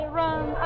run